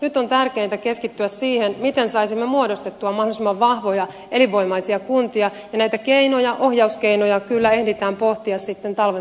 nyt on tärkeintä keskittyä siihen miten saisimme muodostettua mahdollisimman vahvoja elinvoimaisia kuntia ja näitä keinoja ohjauskeinoja kyllä ehditään pohtia sitten talven mittaan tarkemmin